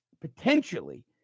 potentially